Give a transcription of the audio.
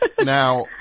Now